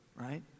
right